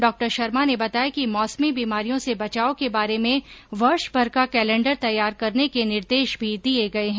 डॉशर्मा ने बताया कि मौसमी बीमारियों से बचाव के बारे में वर्ष भर का कैलेंडर तैयार करने के निर्देश भी दिए गए हैं